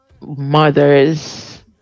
mothers